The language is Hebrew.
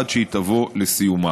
עד שהיא תבוא לסיומה.